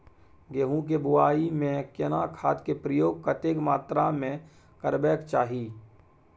गेहूं के बुआई में केना खाद के प्रयोग कतेक मात्रा में करबैक चाही?